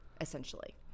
essentially